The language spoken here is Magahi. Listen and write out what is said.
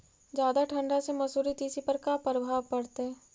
जादा ठंडा से मसुरी, तिसी पर का परभाव पड़तै?